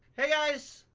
hey guys!